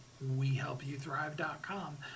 wehelpyouthrive.com